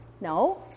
No